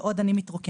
בעוד אני מתרוקנת.